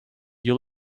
you